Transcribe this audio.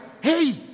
hey